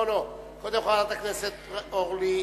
קודם, חברת הכנסת אורלי אבקסיס,